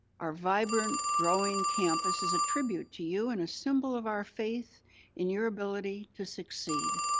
our vibrant growing campus is a tribute to you and a symbol of our faith in your ability to succeed.